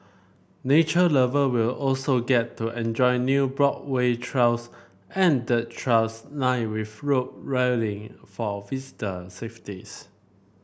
nature lover will also get to enjoy new boardwalk trails and dirt trails lined with roll railing for visitor safeties